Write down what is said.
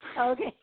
Okay